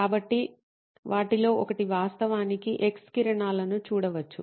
కాబట్టి వాటిలో ఒకటి వాస్తవానికి ఎక్స్ కిరణాలను చూడవచ్చు